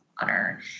honor